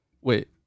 Wait